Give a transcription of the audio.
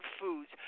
foods